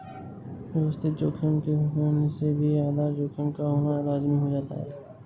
व्यवस्थित जोखिम के होने से भी आधार जोखिम का होना लाज़मी हो जाता है